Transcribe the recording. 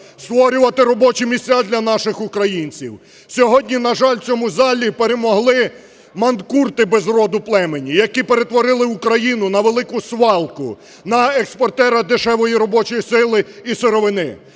створювати робочі місця для наших українців. Сьогодні, на жаль, в цьому залі перемогли манкурти без роду, племені, які перетворили Україну на велику свалку, на експортера дешевої робочої сили і сировини.